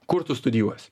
kur tu studijuosi